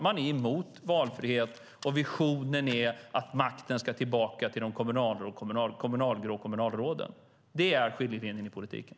Man är emot valfrihet, och visionen är att makten ska tillbaka till de kommunalgrå kommunalråden. Där är skiljelinjen i politiken.